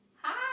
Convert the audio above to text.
Hi